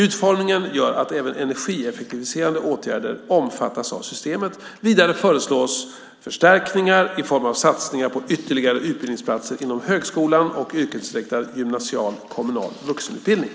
Utformningen gör att även energieffektiviserande åtgärder omfattas av systemet. Vidare föreslås förstärkningar i form av satsningar på ytterligare utbildningsplatser inom högskolan och yrkesinriktad gymnasial kommunal vuxenutbildning.